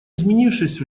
изменившись